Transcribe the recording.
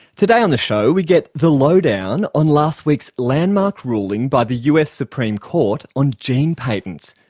today on the show we get the low-down on last week's landmark ruling by the us supreme court on gene patents,